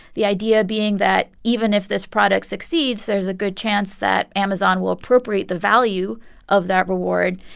the idea being that even if this product succeeds, there's a good chance that amazon will appropriate the value of that reward,